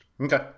Okay